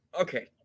okay